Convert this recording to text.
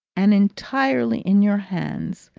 and entirely in your hands!